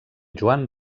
joan